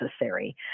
necessary